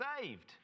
saved